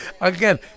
Again